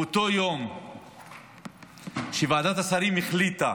באותו יום שוועדת השרים החליטה